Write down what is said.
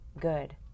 good